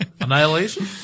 Annihilation